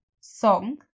song